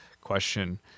question